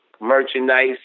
merchandise